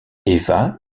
eva